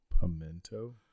Pimento